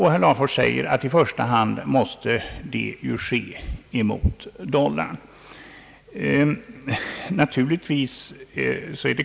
Herr Larfors säger, att det i första hand måste ske gentemot dollarn.